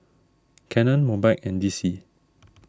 Canon Mobike and D C